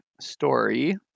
story